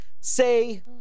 say